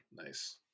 Nice